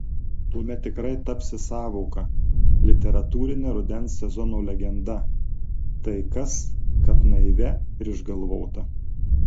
tuomet tikrai tapsi sąvoka literatūrine rudens sezono legenda tai kas kad naivia ir išgalvota